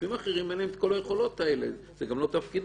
גופים אחרים אין להם כל היכולות האלה וזה גם לא תפקידם.